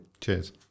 Cheers